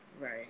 Right